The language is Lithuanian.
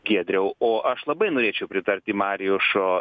giedriau o aš labai norėčiau pritarti mariušo